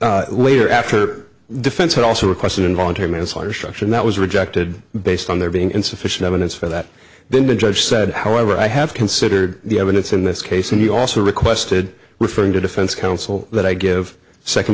the later after the defense had also requested involuntary manslaughter struction that was rejected based on there being insufficient evidence for that then the judge said however i have considered the evidence in this case and he also requested referring to defense counsel that i give second